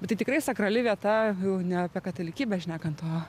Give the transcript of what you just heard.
bet tai tikrai sakrali vieta ne apie katalikybę šnekant o